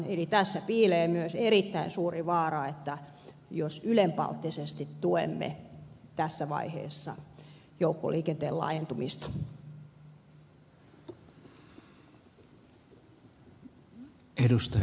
eli tässä piilee myös erittäin suuri vaara jos ylenpalttisesti tuemme tässä vaiheessa joukkoliikenteen laajentumista